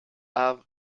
have